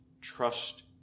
trust